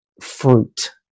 fruit